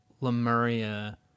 Lemuria